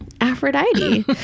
Aphrodite